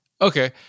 Okay